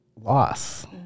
loss